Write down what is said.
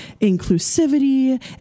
inclusivity